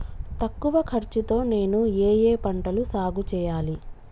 తక్కువ ఖర్చు తో నేను ఏ ఏ పంటలు సాగుచేయాలి?